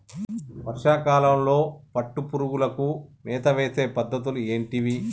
వర్షా కాలంలో పట్టు పురుగులకు మేత వేసే పద్ధతులు ఏంటివి?